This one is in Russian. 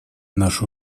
наши